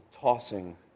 tossing